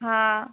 હા